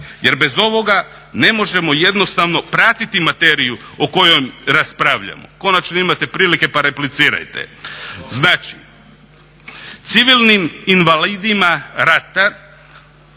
Jer bez ovoga ne možemo jednostavno pratiti materiju o kojoj raspravljamo. Konačno imate prilike pa replicirajte. Znači civilnim invalidima rata,